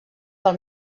pel